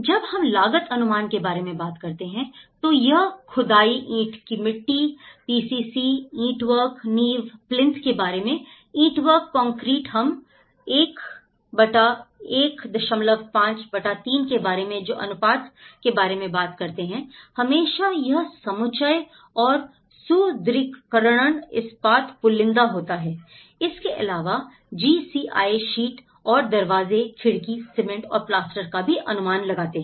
जब हम लागत अनुमान के बारे में बात करते हैं तो यह खुदाई ईंट की मिट्टी पीसीसी ईंटवर्क नींव प्लिंथ के बारे में ईंटवर्क कंक्रीट हम 1153 के बारे में जो अनुपात के बारे में बात कर रहे हैं हमेशा यह समुच्चय और सुदृढीकरण इस्पात पुलिंदा होता है इसके अलावा जीसीआई शीट और दरवाजे खिड़की सीमेंट और प्लास्टर का का भी अनुमान लगाते हैं